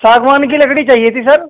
ساگوان کی لکڑی چاہیے تھی سر